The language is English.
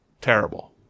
terrible